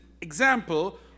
example